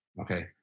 Okay